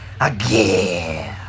again